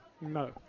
No